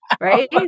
Right